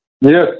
Yes